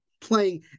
playing